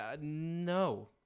No